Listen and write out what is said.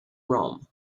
rome